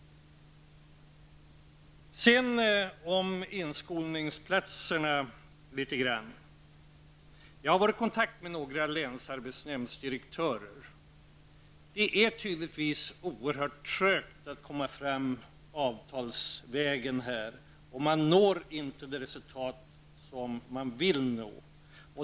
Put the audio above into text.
Sedan vill jag säga litet grand om inskolningsplatserna. Jag har varit i kontakt med några länsarbetsnämndsdirektörer. Det är tydligtvis oerhört att komma fram avtalsvägen, och man når inte det resultat som man vill nå.